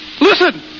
Listen